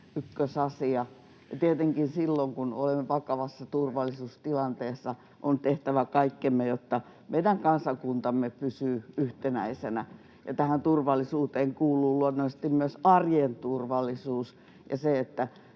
ykkösasia. Tietenkin silloin, kun olemme vakavassa turvallisuustilanteessa, meidän on tehtävä kaikkemme, jotta meidän kansakuntamme pysyy yhtenäisenä, ja tähän turvallisuuteen kuuluu luonnollisesti myös arjen turvallisuus ja se, että